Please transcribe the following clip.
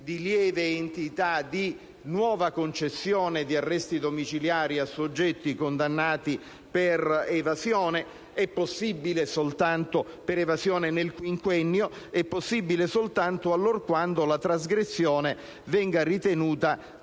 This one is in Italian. di lieve entità, di nuova concessione di arresti domiciliari a soggetti condannati per evasione, è possibile soltanto per evasione nel quinquennio, ed è possibile soltanto allorquando la trasgressione venga ritenuta dal